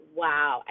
wow